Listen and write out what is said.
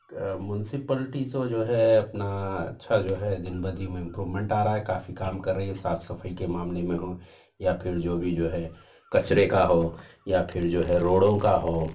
municipality سو جو ہے اپنا اچھا جو ہے دِن بدی میں امپرومنٹ آ رہا ہے کافی کام کر رہی ہے صاف صفائی کے معاملے میں ہوں یا پھر جو بھی جو ہو کچرے کا ہو یا پھر جو ہے روڑوں کا ہو